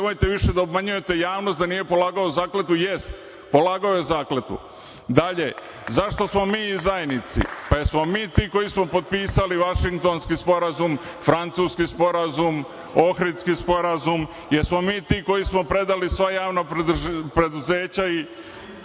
Nemojte više da obmanjujete javnost da nije polagao zakletvu. Jeste, polagao je zakletvu. Dalje, zašto smo mi izdajnici? Pa jesmo li mi ti koji smo potpisali Vašingtonski sporazum, Francuski sporazum, Ohridski sporazum, jesmo li mi ti koji smo predali sva javna preduzeća i